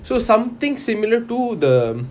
so something similar to the